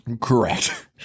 Correct